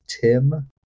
Tim